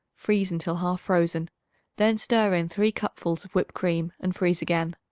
freeze until half frozen then stir in three cupfuls of whipped cream and freeze again.